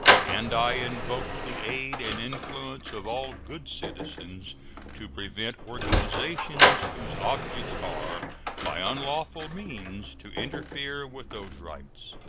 and i invoke the aid and influence of all good citizens to prevent organizations whose objects are by unlawful means to interfere with those rights.